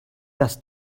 das